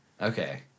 Okay